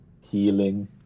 healing